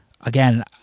again